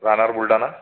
राहणार बुलढाणा